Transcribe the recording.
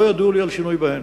ולא ידוע לי על שינוי בהן.